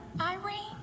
Irene